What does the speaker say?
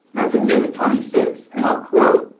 that's exhibit twenty six and i'll quote,